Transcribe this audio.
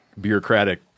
bureaucratic